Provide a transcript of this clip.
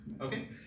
okay